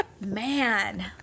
Man